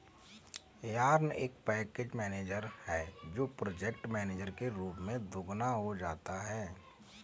yarn एक package manager है जो प्रोजेक्ट मैनेजर के रूप में दोगुना हो जाता है